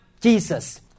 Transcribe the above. Jesus